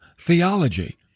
Theology